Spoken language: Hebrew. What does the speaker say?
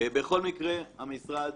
בכל מקרה, המשרד